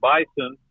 Bison